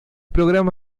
programa